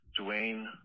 Dwayne